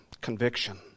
conviction